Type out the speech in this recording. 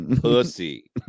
Pussy